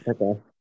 okay